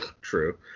True